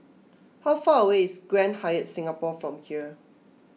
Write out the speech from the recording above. how far away is Grand Hyatt Singapore from here